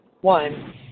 One